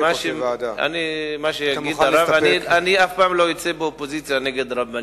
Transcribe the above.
אני אף פעם לא אצא באופוזיציה נגד רבנים.